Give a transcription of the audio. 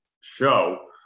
show